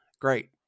Great